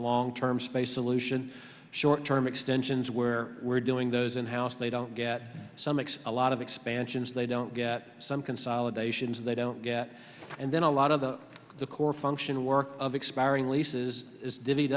long term space solution short term extensions where we're doing those in house they don't get some mix a lot of expansions they don't get some consolidations they don't get and then a lot of the the core function work of expiring leases is divvied